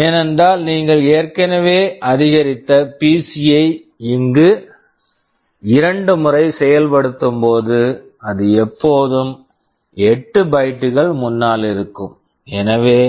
ஏனென்றால் நீங்கள் ஏற்கனவே அதிகரித்த பிசி PC யை இங்கு இரண்டு முறை செயல்படுத்தும் போது அது எப்போதும் 8 பைட்டு bytes கள் முன்னால் இருக்கும் எனவே